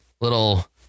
little